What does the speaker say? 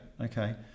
okay